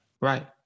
right